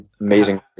Amazing